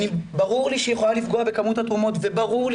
וברור לי שהיא יכולה לפגוע בכמות התרומות וברור לי